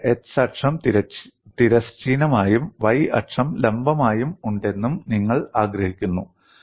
എനിക്ക് x അക്ഷം തിരശ്ചീനമായും y അക്ഷം ലംബമായും ഉണ്ടെന്നും നിങ്ങൾ ആഗ്രഹിക്കുന്നു